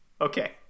Okay